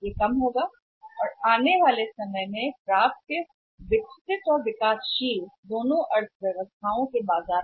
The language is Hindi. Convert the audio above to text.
और समय की अवधि में प्राप्य विकसित और दोनों में नीचे आ रहे हैं विकासशील अर्थव्यवस्था बाजार